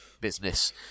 business